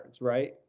right